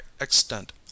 extent